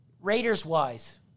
Raiders-wise